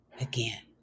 again